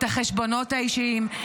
את החשבונות האישיים,